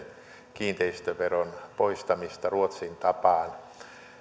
kiinteistöveron poistamista ruotsin tapaan